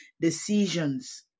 decisions